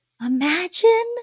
Imagine